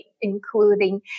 including